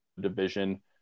division